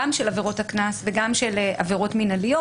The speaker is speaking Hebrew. גם של עבירות הקנס וגם של עבירות מינהליות,